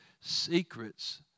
Secrets